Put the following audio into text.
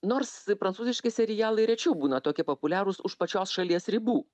nors prancūziški serialai rečiau būna tokie populiarūs už pačios šalies ribų